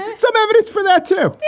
and some evidence for that, too.